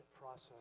process